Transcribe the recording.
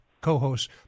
co-hosts